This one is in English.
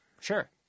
Sure